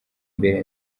mbere